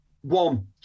one